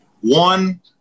One